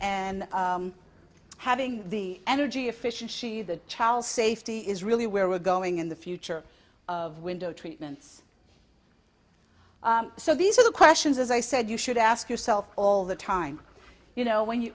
and having the energy efficiency the child's safety is really where we're going in the future of window treatments so these are the questions as i said you should ask yourself all the time you know when you